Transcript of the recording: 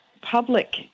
public